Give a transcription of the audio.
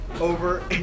over